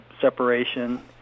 separation